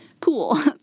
Cool